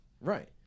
Right